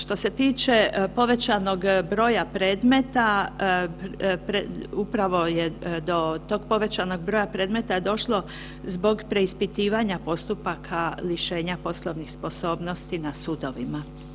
Što se tiče povećanog broja predmeta, upravo je do tog povećanog broja predmeta došlo zbog preispitivanja postupaka lišenja poslovnih sposobnosti na sudovima.